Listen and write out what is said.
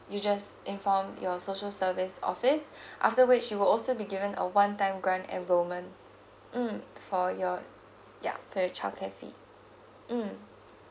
you just inform your social service office after which you will also be given a one time grant enrollment mm for your yeah for child care fee